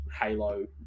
Halo